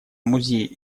музей